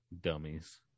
Dummies